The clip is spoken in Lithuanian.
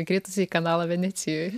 įkritusi į kanalą venecijoj